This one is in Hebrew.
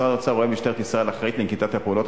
משרד האוצר רואה במשטרת ישראל האחראית לנקיטת הפעולות